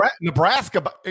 Nebraska